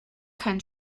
keinen